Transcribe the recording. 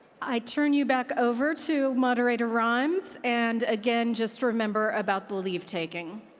i turn you back over to moderator rimes and again, just remember about the leave taking.